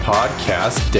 Podcast